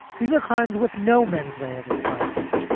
these are crimes with no mens rea of requirements.